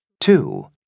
Two